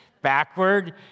backward